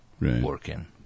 working